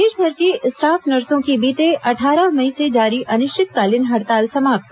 प्रदेशभर की स्टाफ नर्सों की बीते अट्ठारह मई से जारी अनिश्चितकालीन हड़ताल समाप्त